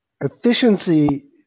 efficiency